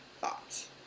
thoughts